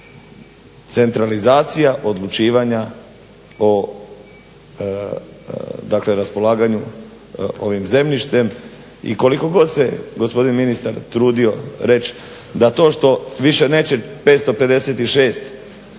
Centralizacija odlučivanja o, dakle raspolaganju ovim zemljištem i koliko god se gospodin ministar trudio reć da to što više neće 556 jedinica